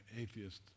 atheist